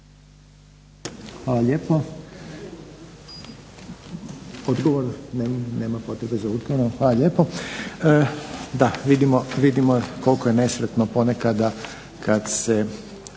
Hvala lijepo. Odgovor nema? Nema potrebe za odgovorom, hvala lijepo. Da, vidimo koliko je nesretno ponekad kad se